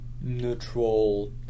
neutral